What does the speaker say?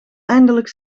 eindelijk